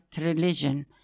religion